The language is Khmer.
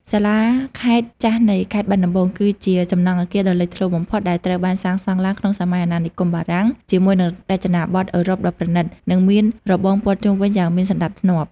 សាលាខេត្តចាស់នៃខេត្តបាត់ដំបង គឺជាសំណង់អគារដ៏លេចធ្លោបំផុត ដែលត្រូវបានសាងសង់ឡើងក្នុងសម័យអាណានិគមបារាំង ជាមួយនឹងរចនាប័ទ្មអឺរ៉ុបដ៏ប្រណីត និងមានរបងព័ទ្ធជុំវិញយ៉ាងមានសណ្តាប់ធ្នាប់។